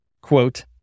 quote